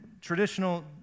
traditional